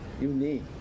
unique